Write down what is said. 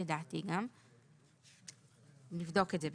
לדעתי גם (ב), נבדוק את זה,